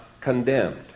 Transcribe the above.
condemned